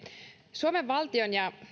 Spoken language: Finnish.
suomen valtion ja